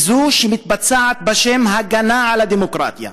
היא זו שמתבצעת בשם הגנה על הדמוקרטיה,